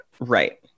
right